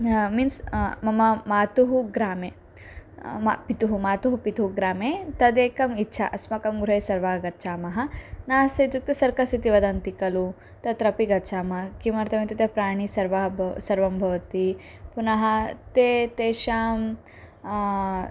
means मम मातुः ग्रामे मम पितुः मातुः पितुः ग्रामे तदेकम् इच्छा अस्माकं गृहे सर्वा गच्छामः नास्ति इत्युक्ते सर्कस् इति वदन्ति खलु तत्रपि गच्छामः किमर्थमित्युक्ते प्राणिनः सर्वाः बवा सर्वं भवति पुनः ते तेषां